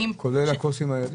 מציגה הן רב-פעמיות?